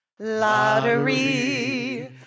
Lottery